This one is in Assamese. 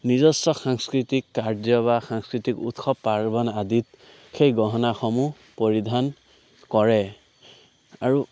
নিজস্ব সাংস্কৃতিক কাৰ্য্য বা সাংস্কৃতিক উৎসৱ পাৰ্বণ আদিত সেই গহনাসমূহ পৰিধান কৰে আৰু